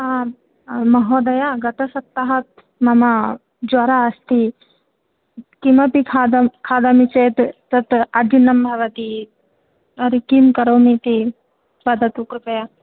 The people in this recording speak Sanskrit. आं महोदय गतसप्ताहात् मम ज्वरः अस्ति किमपि खादाम् खादामि चेत् तत् अजीर्णं भवति तर्हि किं करोमि इति वदतु कृपया